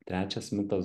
trečias mitas